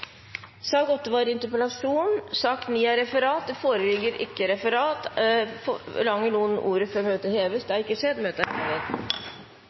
sak nr. 8 foreligger det ikke noe voteringstema. Det foreligger ikke noe referat. Dermed er dagens kart ferdigbehandlet. Forlanger noen ordet før møtet heves? Så har ikke skjedd. – Møtet er hevet.